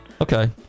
Okay